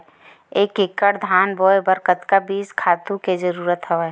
एक एकड़ धान बोय बर कतका बीज खातु के जरूरत हवय?